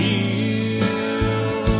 Feel